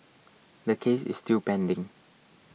the case is still pending